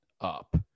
up